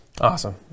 Awesome